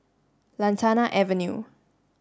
Lantana Avenue